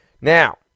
now